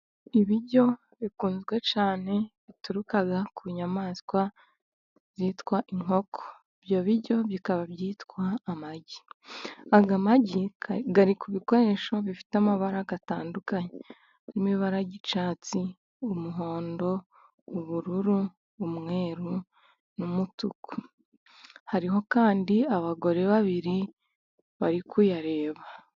Ibiryo bikunzwe cyane bituruka ku nyamaswa yitwa inkoko. Ibyo biryo bikaba byitwa amagi. Aya magi ari ku bikoresho bifite amabara atandukanye:ibara ry'icyatsi, umuhondo, ubururu ,umweru n'umutuku hariho kandi abagore babiri bari kuyareba.